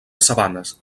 sabanes